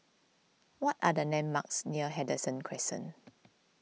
what are the landmarks near Henderson Crescent